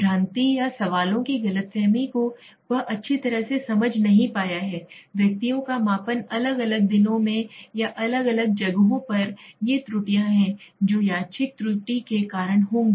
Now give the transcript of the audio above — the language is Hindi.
भ्रांति या सवालों की गलतफहमी को वह अच्छी तरह से समझ नहीं पाया है व्यक्तियों का मापन अलग अलग दिनों में या अलग अलग जगहों पर ये त्रुटियां हैं जो यादृच्छिक त्रुटि के कारण होंगी